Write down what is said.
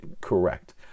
correct